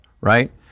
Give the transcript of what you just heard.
right